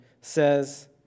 says